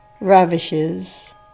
ravishes